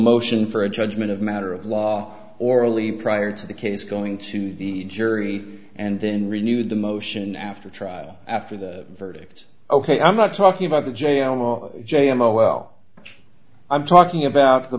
motion for a judgment of matter of law orally prior to the case going to the jury and then renewed the motion after the trial after the verdict ok i'm not talking about the jail j m o l i'm talking about the